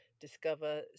discover